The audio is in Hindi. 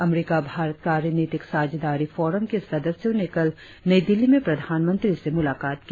अमरीका भारत कार्यनीतिक साझेदारी फोरम के सदस्यों ने कल नई दिल्ली में प्रधानमंत्री से मुलाकात की